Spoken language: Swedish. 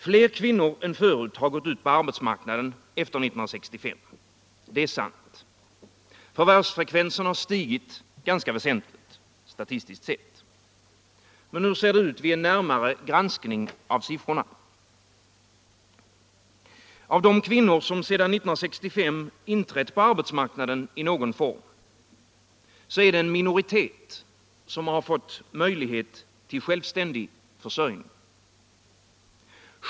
Fler kvinnor än förut har gått ut på arbetsmarknaden efter 1965, det är sant. Förvärvsfrekvensen har stigit ganska väsentligt statistiskt sett. Men hur ser det ut vid en närmare granskning av siffrorna? Av de kvinnor som sedan 1965 inträtt på arbetsmarknaden i någon form är det en minoritet som har fått möjlighet till självständig försörjning.